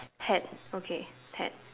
hat okay hat